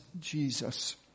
Jesus